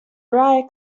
rae